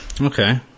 okay